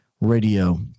Radio